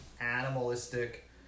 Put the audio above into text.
animalistic